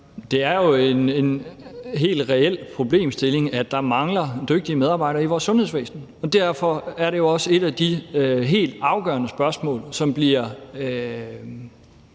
Det er jo en helt reel problemstilling, at der mangler dygtige medarbejdere i vores sundhedsvæsen. Derfor er det også et af de helt afgørende spørgsmål, som der